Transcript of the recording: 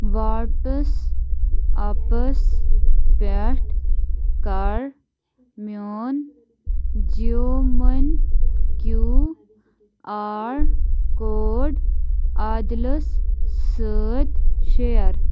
واٹٕس آپَس پٮ۪ٹھ کَر میون جِیو مٔنۍ کیوٗ آر کوڈ عادِلَس سۭتۍ شِیَر